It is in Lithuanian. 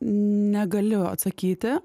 negaliu atsakyti